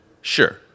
Sure